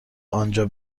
آنجا